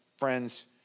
friends